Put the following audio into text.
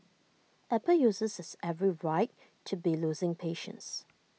apple users have every right to be losing patience